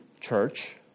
church